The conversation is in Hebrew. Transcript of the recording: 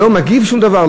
לא מגיב שום דבר?